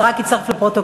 זה רק יצטרף לפרוטוקול,